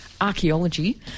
archaeology